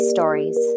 Stories